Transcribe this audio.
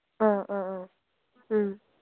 ꯑ ꯑ ꯑ ꯎꯝ